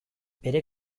bere